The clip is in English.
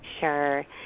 Sure